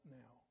now